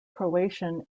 croatian